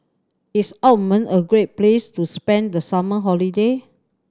is Oman a great place to spend the summer holiday